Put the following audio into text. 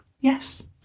Yes